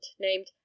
named